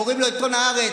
קוראים לו עיתון הארץ,